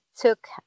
took